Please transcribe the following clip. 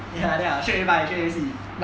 ya then I straight away buy straight away see